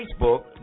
Facebook